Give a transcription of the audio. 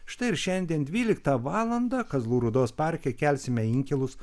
štai ir šiandien dvyliktą valandą kazlų rūdos parke kelsime inkilus